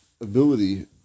ability